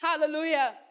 Hallelujah